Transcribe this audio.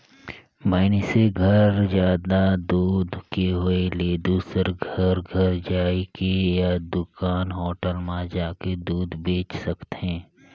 मइनसे घर जादा दूद के होय ले दूसर घर घर जायके या दूकान, होटल म जाके दूद बेंच सकथे